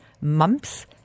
mumps